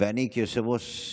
ואני כיושב-ראש,